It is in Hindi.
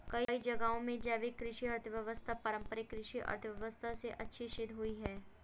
कई जगहों में जैविक कृषि अर्थव्यवस्था पारम्परिक कृषि अर्थव्यवस्था से अच्छी सिद्ध हुई है